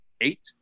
Eight